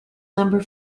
number